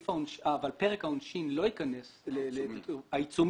מספיק לי החוק עצמו שהוא בעייתי ואני לא